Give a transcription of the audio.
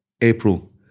April